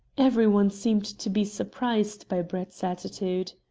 every one seemed to be surprised by brett's attitude.